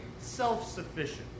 self-sufficient